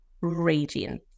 raging